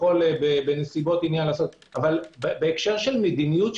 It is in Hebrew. אבל בהקשר למדיניות,